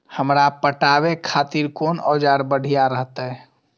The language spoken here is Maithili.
हमरा पटावे खातिर कोन औजार बढ़िया रहते?